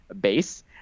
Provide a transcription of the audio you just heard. base